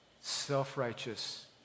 self-righteous